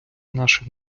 нашим